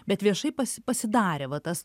bet viešai pas pasidarė va tas